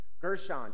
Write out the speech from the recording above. Gershon